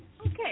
Okay